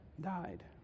died